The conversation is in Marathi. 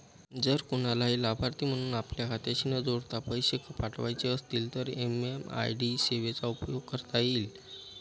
जर कुणालाही लाभार्थी म्हणून आपल्या खात्याशी न जोडता पैसे पाठवायचे असतील तर एम.एम.आय.डी सेवेचा उपयोग करता येईल